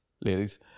ladies